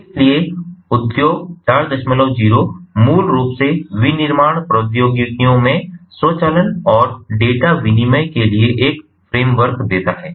इसलिए उद्योग 40 मूल रूप से विनिर्माण प्रौद्योगिकियों में स्वचालन और डेटा विनिमय के लिए एक फ्रेम वर्क देता है